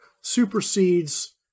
supersedes